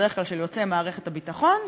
בדרך כלל של יוצאי מערכת הביטחון.